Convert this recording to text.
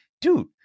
dude